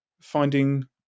finding